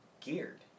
geared